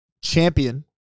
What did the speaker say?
champion